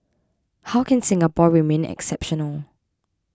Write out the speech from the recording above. how can Singapore remain exceptional